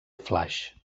flaix